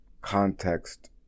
context